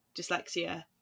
dyslexia